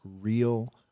real